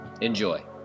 Enjoy